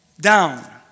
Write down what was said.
down